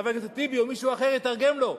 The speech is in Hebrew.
חבר הכנסת טיבי, או מישהו אחר, יתרגם לו.